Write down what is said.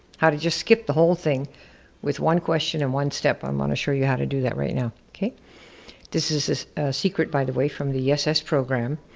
how to just skip the whole thing with one question and one step, i'm gonna show you how to do that right now. this is a secret, by the way from the yess program,